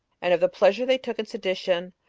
and of the pleasure they took in sedition,